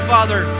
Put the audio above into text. Father